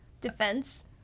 defense